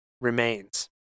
remains